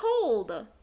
cold